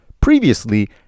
Previously